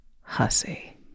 hussy